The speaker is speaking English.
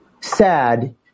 sad